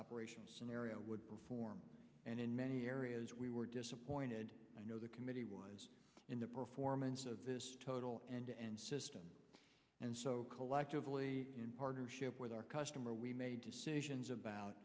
operation would perform and in many areas we were disappointed you know the committee was in the performance of this total and system and so collectively in partnership with our customer we made decisions about